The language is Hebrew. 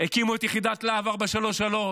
הקימו את יחידת לה"ב 433,